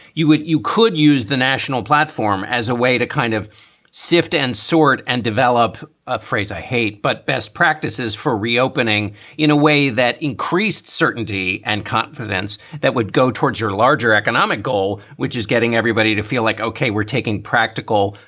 you would you could use the national platform as a way to kind of sift and sort and develop a phrase i hate, but best practices for reopening in a way that increased certainty and confidence that would go towards your larger economic goal, which is getting everybody to feel like, ok, we're taking practical,